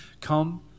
come